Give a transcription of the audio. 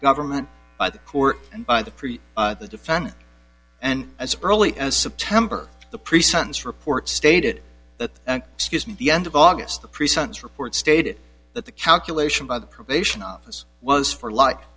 government by the court and by the the defendant and as early as september the pre sentence report stated that excuse me the end of august the pre sentence report stated that the calculation by the probation office was for like